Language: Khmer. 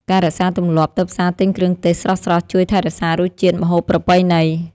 ការរក្សាទម្លាប់ទៅផ្សារទិញគ្រឿងទេសស្រស់ៗជួយថែរក្សារសជាតិម្ហូបប្រពៃណី។